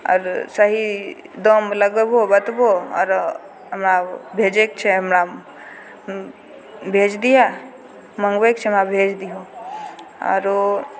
आओर सही दाम लगबहो बतबहो आओर हमरा भेजयके छै हमरा भेज दिहऽ मङ्गबयके छै हमरा भेज दिहो आरो